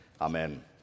amen